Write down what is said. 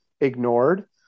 ignored